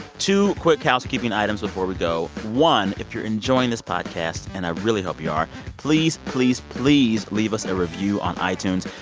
two quick housekeeping items before we go one, if you're enjoying this podcast and i really hope you are please, please, please leave us a review on itunes.